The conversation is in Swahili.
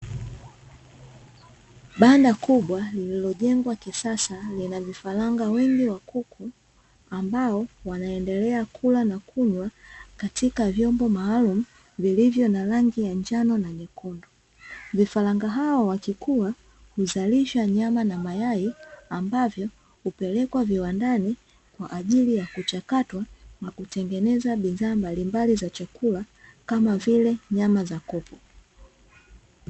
Banda kubwa lililojengwa kisasa lina vifaranga wengi wa kuku ambao wanaendelea kula na kunywa katika vyombo maalumu vilivyo na rangi ya njano na nyekundu, vifaranga hao wakikua huzalisha nyama na mayai ambavyo hupelekwa viwandani kwa ajili ya kuchakatwa na kutengeneza bidhaa mbalimbali za chakula kama vile nyama za kopo.